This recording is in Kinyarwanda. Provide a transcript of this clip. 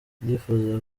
ndifuza